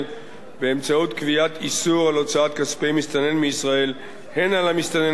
באמצעות קביעת איסור על הוצאת כספי מסתנן מישראל הן על המסתנן